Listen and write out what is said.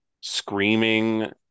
screaming